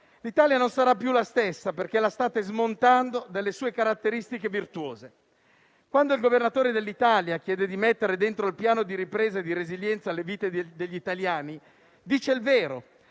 L'Italia non sarà più la stessa, perché la state smontando delle sue caratteristiche virtuose. Quando il Governatore dell'Italia chiede di mettere dentro il Piano di ripresa e di resilienza le vite degli italiani, dice il vero.